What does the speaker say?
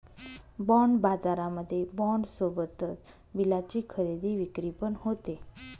bond बाजारामध्ये bond सोबतच बिलाची खरेदी विक्री पण होते